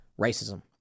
racism